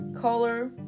color